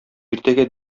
иртәгә